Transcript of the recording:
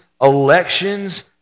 elections